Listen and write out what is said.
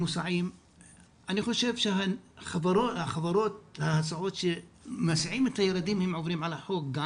אני חושב שחברות ההסעה שמסיעות את הילדים עוברות על החוק.